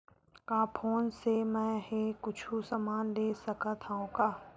का फोन से मै हे कुछु समान ले सकत हाव का?